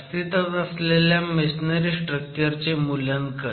अस्तित्वात असलेल्या masonry structure चे मूल्यांकन